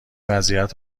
وضعیت